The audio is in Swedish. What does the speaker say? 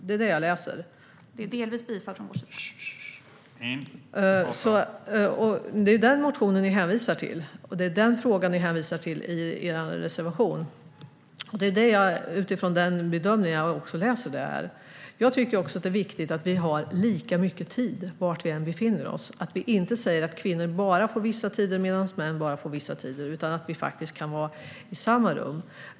Det är den motionen ni hänvisar till, och det är den frågan ni hänvisar till i er reservation. Det är utifrån den bedömningen jag läser reservationen. Jag tycker också att det är viktigt att vi får lika mycket tid var vi än befinner oss. Vi ska inte säga att kvinnor får bara vissa tider och att män får bara vissa tider. Vi ska faktiskt kunna vistas i samma rum.